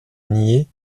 nier